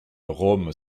rome